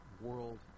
world